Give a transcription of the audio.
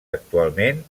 actualment